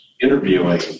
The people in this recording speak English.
interviewing